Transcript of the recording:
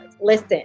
Listen